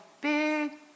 big